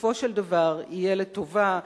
בסופו של דבר יהיה לטובה.